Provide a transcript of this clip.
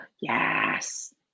yes